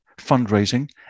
fundraising